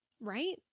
Right